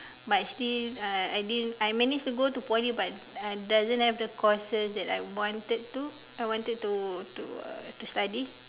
but still uh I didn't I managed to go to poly but uh doesn't have the courses that I wanted to I wanted to to uh to study